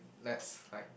let's like